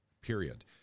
period